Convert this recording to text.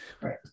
right